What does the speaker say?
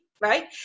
right